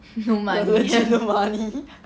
我们一起 no money